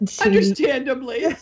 Understandably